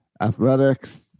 Athletics